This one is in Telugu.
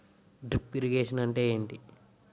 డ్రిప్ ఇరిగేషన్ అంటే ఏమిటి?